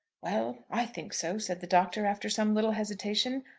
well, i think so, said the doctor, after some little hesitation.